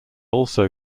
also